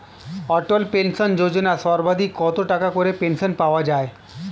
অটল pension Yojana সর্বাধিক কত টাকা করে পেনশন পাওয়া যায়?